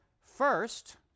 first